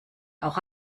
auch